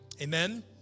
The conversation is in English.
Amen